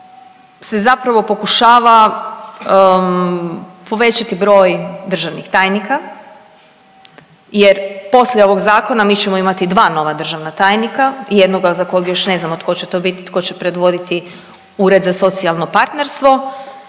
se zapravo pokušava povećati broj državnih tajnika, jer poslije ovog zakona mi ćemo imati dva nova državna tajnika i jednoga za kojeg još ne znamo tko će to biti, tko će predvoditi Ured za socijalno partnerstvo.